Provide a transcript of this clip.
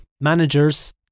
managers